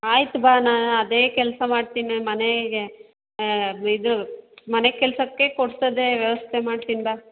ಆಯ್ತು ಬಾ ನಾನು ಅದೇ ಕೆಲಸ ಮಾಡ್ತೀನಿ ಮನೆಗೆ ಇದು ಮನೆಕೆಲಸಕ್ಕೆ ಕೊಡ್ಸೋದೆ ವ್ಯವಸ್ಥೆ ಮಾಡ್ತೀನಿ ಬಾ